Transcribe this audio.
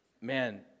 man